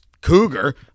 cougar